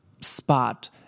spot